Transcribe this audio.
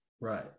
right